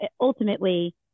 ultimately